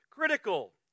Critical